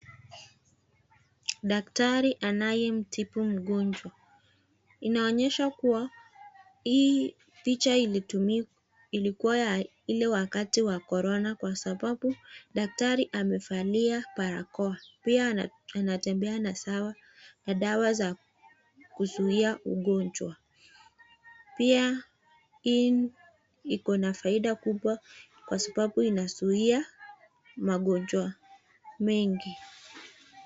Daktari anayemtibu mgonjwa. Inaonyesha kuwa hii picha ilikuwa ya ile wakati ya corona sababu daktari amevalia barakoa pia anatembea na dawa za kuzuia ugonjwa. Pia hii iko na faida kubwa kwa sababu inazuia magonjwa mengi.